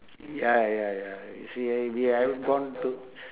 ya ya ya you see we are gone to